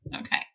Okay